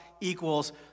equals